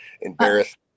embarrassed